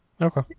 Okay